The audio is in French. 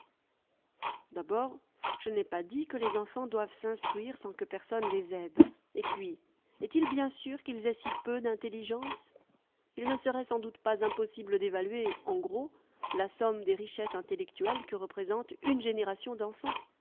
d'abord je n'ai pas dit que les enfants doivent s'instruire sans que personne les aide et puis est-il bien sûr qu'il aient si peu d'intelligence il ne serait sans doute pas impossible d'évaluer en gros la somme des richesses intellectuelles que représente une g énération d'enfants